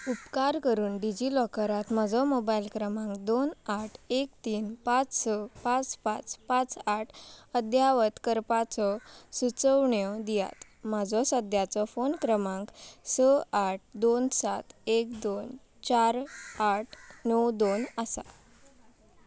उपकार करून डिजी लॉकरांत म्हजो मोबायल क्रमांक दोन आठ एक तीन पांच स पांच पांच पांच आठ अद्यावत करपाचो सुचवण्यो दियात म्हजो सद्याचो फोन क्रमांक स आठ दोन सात एक दोन चार आठ णव दोन आसा